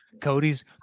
Cody's